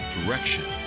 Direction